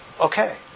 Okay